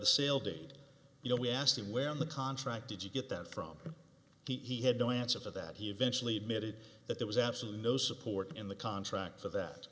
the sale date you know we asked him where in the contract did he get that from he had no answer for that he eventually admitted that there was absolutely no support in the contract for that